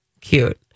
Cute